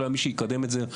לא היה מי שיקדם את זה.